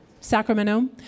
Sacramento